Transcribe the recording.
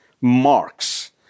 marks